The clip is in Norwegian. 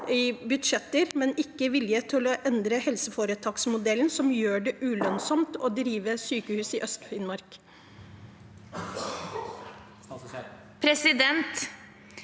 i budsjetter, men ikke vilje til å endre helseforetaksmodellen, som gjør det ulønnsomt å drive sykehus i Øst-Finnmark?